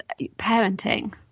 parenting